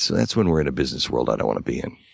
so that's when we're in a business world i don't want to be in.